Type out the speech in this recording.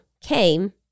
came